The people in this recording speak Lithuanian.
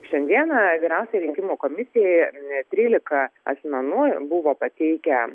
šiandieną vyriausioji rinkimų komisija net trylika asmenų buvo pateikę